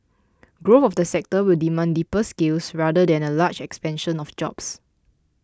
growth of the sector will demand deeper skills rather than a large expansion of jobs